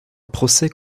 procès